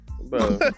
Bro